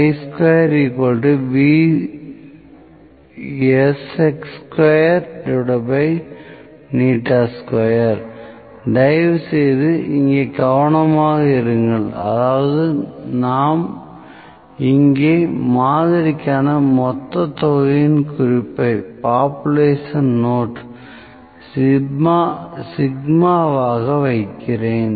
2VSx22 தயவுசெய்து இங்கே கவனமாக இருங்கள் அதாவது நான் இங்கே மாதிரிக்கான மொத்த தொகையின் குறிப்பை சிக்மாவாக வைக்கிறேன்